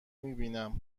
میبینم